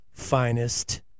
finest